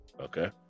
Okay